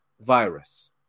virus